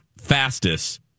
fastest